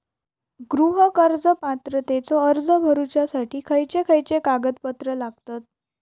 गृह कर्ज पात्रतेचो अर्ज भरुच्यासाठी खयचे खयचे कागदपत्र लागतत?